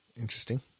Interesting